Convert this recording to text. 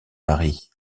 mari